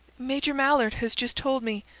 major mallard has just told me.